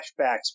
flashbacks